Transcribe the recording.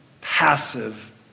passive